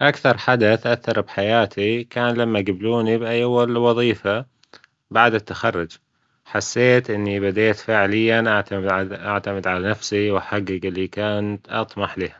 أكثر حدث أثر بحياتي كان لما جبلوني بأول وظيفة بعد التخرج حسيت إني بديت فعليا أعتمد أعتمد على نفسي وأحجج اللي كان أطمح له،